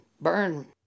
burn